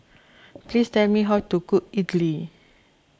please tell me how to cook Idili